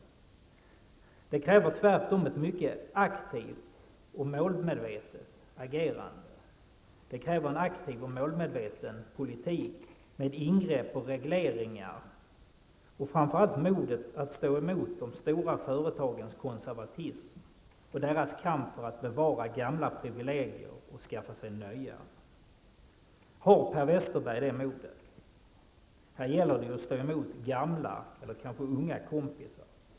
Det kräver tvärtom ett mycket aktivt och målmedvetet agerande, det kräver en aktiv och målmedveten politik med ingrepp och regleringar och framför allt modet att stå emot de stora företagens konservatism och deras kamp för att bevara gamla privilegier och skaffa sig nya. Har Per Westerberg det modet? Här gäller det att stå emot gamla eller kanske unga kompisar.